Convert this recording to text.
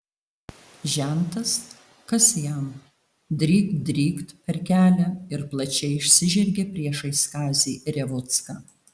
žentas kas jam drykt drykt per kelią ir plačiai išsižergė priešais kazį revucką